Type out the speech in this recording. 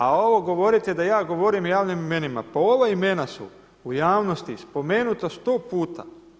A ovo govorite da ja govorim o javnim imenima, pa ova imena su u javnosti spomenuta 100 puta.